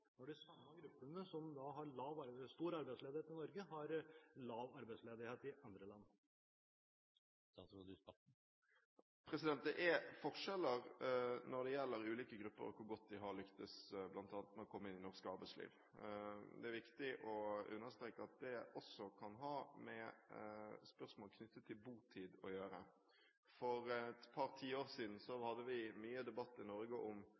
når de samme gruppene som har stor arbeidsledighet i Norge, har lav arbeidsledighet i andre land? Det er forskjeller når det gjelder ulike grupper, og hvor godt de har lyktes med bl.a. å komme inn i norsk arbeidsliv. Det er viktig å understreke at det også kan ha med spørsmål knyttet til botid å gjøre. For et par tiår siden hadde vi mye debatt i Norge om